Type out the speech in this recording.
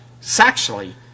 sexually